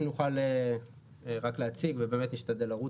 אם נוכל רק להציג ובאמת להשתדל לרוץ על זה.